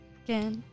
again